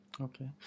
Okay